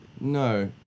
no